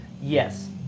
Yes